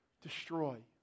Destroy